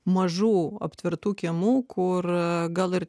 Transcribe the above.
mažų aptvertų kiemų kora gal ir